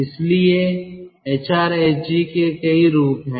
इसलिए एचआरएसजी के कई रूप हैं